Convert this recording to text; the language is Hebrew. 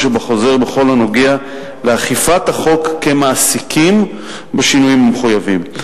שבחוזר בכל הנוגע לאכיפת החוק כמעסיקים בשינויים המחויבים.